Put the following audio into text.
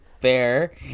Fair